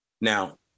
Now